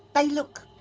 they look,